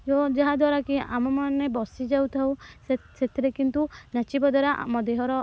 ଯେଉଁ ଯାହାଦ୍ଵାରା କି ଆମେମାନେ ବସି ଯାଉଥାଉ ସେ ସେଥିରେ କିନ୍ତୁ ନାଚିବା ଦ୍ୱାରା ଆମ ଦେହର